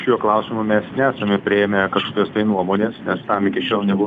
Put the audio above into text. šiuo klausimu mes nesame priėmę kažkokios tai nuomonės nes tam iki šiol nebuvo